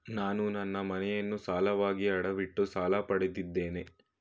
ನಾನು ನನ್ನ ಮನೆಯನ್ನು ಸಾಲವಾಗಿ ಅಡವಿಟ್ಟು ಸಾಲ ಪಡೆದಿದ್ದೇನೆ